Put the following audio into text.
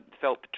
felt